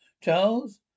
Charles